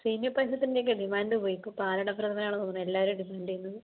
സേമിയ പായസത്തിന്റെയൊക്കെ ഡിമാൻഡ് പോയി ഇപ്പോൾ പാലട പ്രഥമനാണെന്നു തോന്നുന്നു എല്ലാവരും ചെയ്യുന്നത്